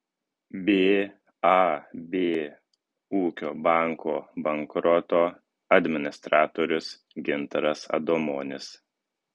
bab ūkio banko bankroto administratorius gintaras adomonis